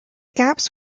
gaps